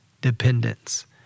dependence